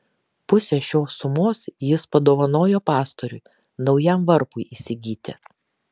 pusę šios sumos jis padovanojo pastoriui naujam varpui įsigyti